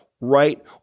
right